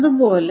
അതുപോലെ